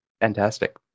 Fantastic